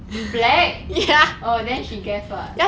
black then she guess what